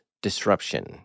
disruption